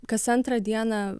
kas antrą dieną